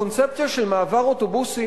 הקונספציה של מעבר אוטובוסים,